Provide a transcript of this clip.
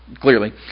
clearly